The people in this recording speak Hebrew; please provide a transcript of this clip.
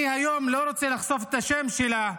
אני היום לא רוצה לחשוף את השם שלה,